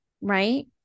right